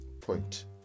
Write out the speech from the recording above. point